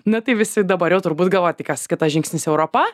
na tai visi dabar jau turbūt galvoja kas kitas žingsnis europa